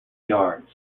yards